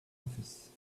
office